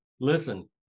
listen